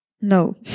No